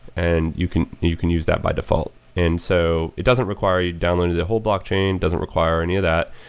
and you can you can use that by default. and so it doesn't require you downloaded the whole blockchain. it doesn't require any of that.